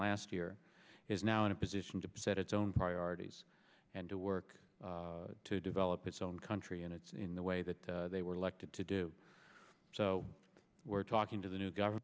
last year is now in a position to set its own priorities and to work to develop its own country and it's in the way that they were elected to do so we're talking to the new g